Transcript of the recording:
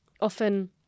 Often